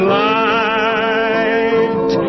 light